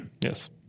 Yes